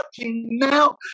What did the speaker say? now